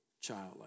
childlike